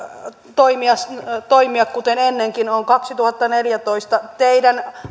toimia kuten ennenkin on kaksituhattaneljätoista teidän